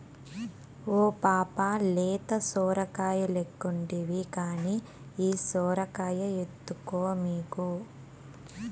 ఓ పాపా లేత సొరకాయలెక్కుంటివి కానీ ఈ సొరకాయ ఎత్తుకో మీకు